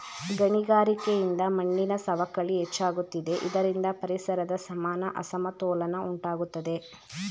ಗಣಿಗಾರಿಕೆಯಿಂದ ಮಣ್ಣಿನ ಸವಕಳಿ ಹೆಚ್ಚಾಗುತ್ತಿದೆ ಇದರಿಂದ ಪರಿಸರದ ಸಮಾನ ಅಸಮತೋಲನ ಉಂಟಾಗುತ್ತದೆ